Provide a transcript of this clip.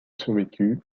survécu